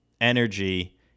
energy